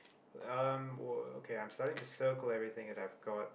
um well okay I'm starting to circle everything that I've got